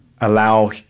allow